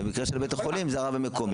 במקרה של בית החולים זה הרב המקומי.